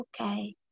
okay